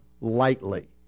lightly